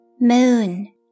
Moon